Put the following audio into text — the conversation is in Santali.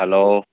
ᱦᱮᱞᱳ